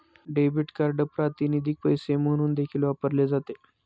debit card प्रातिनिधिक पैसे म्हणून देखील वापरले जाते